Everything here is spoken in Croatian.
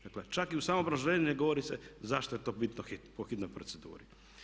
Dakle, čak i u samom obrazloženju ne govori se zašto je to bitno po hitnoj proceduri.